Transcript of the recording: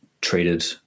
treated